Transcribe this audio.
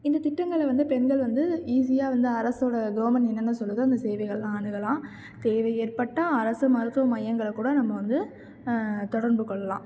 இந்தத் திட்டங்களை வந்து பெண்கள் வந்து ஈஸியாக வந்து அரசோடய கவர்மெண்ட் என்னென்ன சொல்லுதோ அந்த சேவைகள்லாம் அணுகலாம் தேவை ஏற்பட்டால் அரசு மருத்துவ மையங்களைக் கூட நம்ம வந்து தொடர்பு கொள்ளலாம்